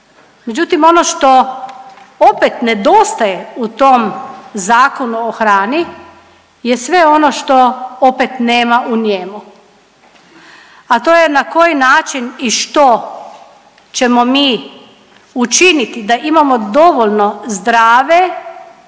Međutim ono što opet nedostaje u tom Zakonu o hrani je sve ono što opet nema u njemu, a to je na koji način i što ćemo mi učiniti da imamo dovoljno zdrave